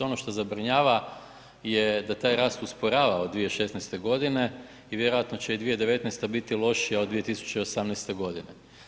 Ono što zabrinjava je da taj rast usporava od 2016. godine i vjerojatno će 2019. biti lošija od 2018. godine.